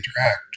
interact